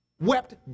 Wept